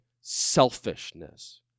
selfishness